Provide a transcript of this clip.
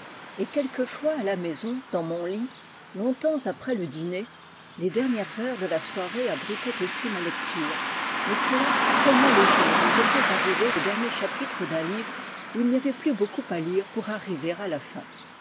et quelquefois à la maison dans mon lit longtemps après le dîner les dernières heures de la soirée abritaient aussi ma lecture mais cela seulement les jours où j'étais arrivé aux derniers chapitres d'un livre où il n'y avait plus beaucoup à lire pour arriver à la fin